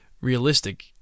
realistic